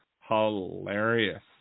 Hilarious